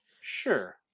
sure